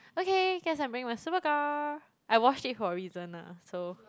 okay guess I'm wearing my Superga I washed it for a reason lah so